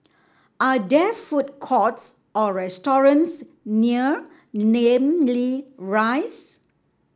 are there food courts or restaurants near Namly Rise